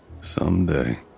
Someday